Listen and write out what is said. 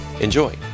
Enjoy